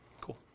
Cool